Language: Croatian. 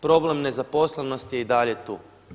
Problem nezaposlenosti je i dalje tu.